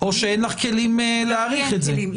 או שאין לך כלים להעריך את זה?